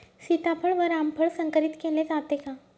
सीताफळ व रामफळ संकरित केले जाते का?